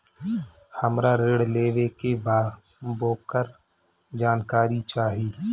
हमरा ऋण लेवे के बा वोकर जानकारी चाही